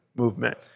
movement